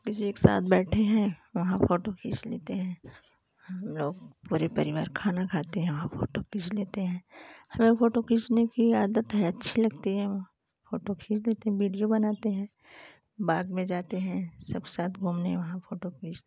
किसी के साथ बैठे हैं वहाँ फोटू खींच लेते हैं हम लोग पूरे परिवार खाना खाते हैं वहाँ फोटू खींच लेते हैं हमें फोटो खींचने की आदत है अच्छी लगती है फोटो खींच लेते हैं वीडियो बनाते हैं पार्क में जाते हैं सब साथ घूमने वहाँ फोटो खींचते हैं